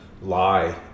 lie